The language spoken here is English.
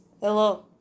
Hello